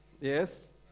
Yes